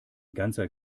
ganzer